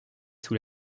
sous